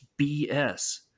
bs